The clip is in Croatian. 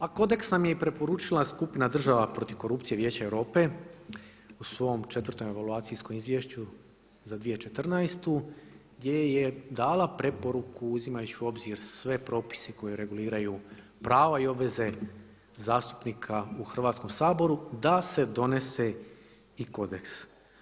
A kodeks vam je i preporučila skupina država protiv korupcija Vijeća Europe u svom četvrtom evaluacijskom izvješću za 2014. gdje je dala preporuku uzimajući u obzir sve propise koje reguliraju prava i obveze zastupnika u Hrvatskom saboru da se donese i kodeks.